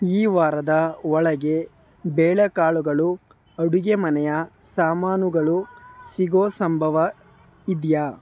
ಈ ವಾರದ ಒಳಗೆ ಬೇಳೆಕಾಳುಗಳು ಅಡುಗೆ ಮನೆಯ ಸಾಮಾನುಗಳು ಸಿಗೋ ಸಂಭವ ಇದೆಯೇ